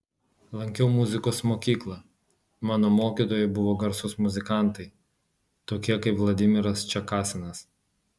lankiau muzikos mokyklą mano mokytojai buvo garsūs muzikantai tokie kaip vladimiras čekasinas